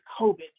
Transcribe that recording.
COVID